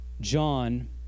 John